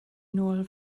nôl